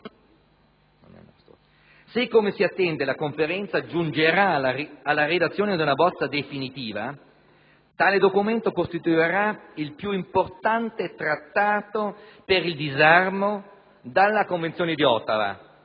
Se, come si attende, la Conferenza giungerà alla redazione di una bozza definitiva, tale documento costituirà il più importante trattato per il disarmo dalla Convenzione di Ottawa,